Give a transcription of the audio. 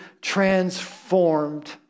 transformed